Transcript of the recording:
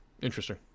Interesting